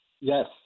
Yes